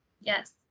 Yes